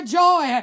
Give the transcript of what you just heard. joy